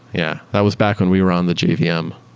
yeah. that was back when we were on the jvm. yeah. um